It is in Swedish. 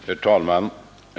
Herr talman!